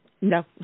No